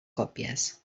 còpies